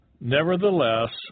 Nevertheless